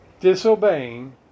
disobeying